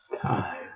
time